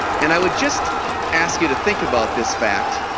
and i would just ask you to think about this fact.